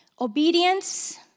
Obedience